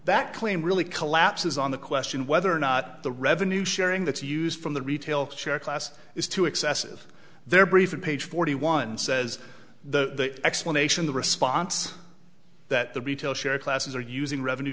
that claim really collapses on the question of whether or not the revenue sharing that's used from the retail share class is too excessive there briefing page forty one says the explanation the response that the retail share classes are using revenue